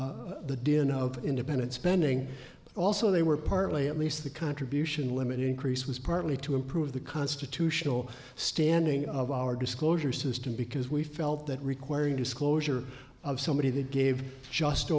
din of independent spending also they were partly at least the contribution limit increase was partly to improve the constitutional standing of our disclosure system because we felt that requiring disclosure of somebody that gave just